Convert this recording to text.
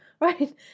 right